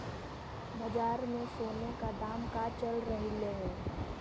बाजार में सोने का दाम का चल रहलइ हे